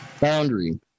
boundary